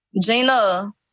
Gina